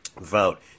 vote